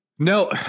No